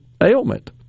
ailment